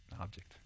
object